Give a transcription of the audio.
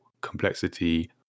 complexity